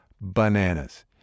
bananas